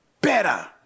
better